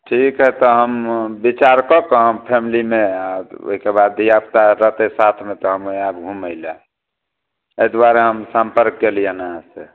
ठीक है तऽ हम बिचार कऽ कऽ हम फैमलीमे आ ओहिके बाद धिआपुता रहतै साथमे तऽ हम्मे आयब घुमैलए एहि दुआरे हम सम्पर्क केली हन अहाँ से